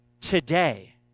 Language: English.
today